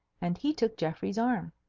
and he took geoffrey's arm.